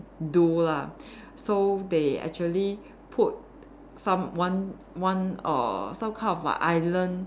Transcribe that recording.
do lah so they actually put someone one err some kind of an island